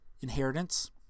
inheritance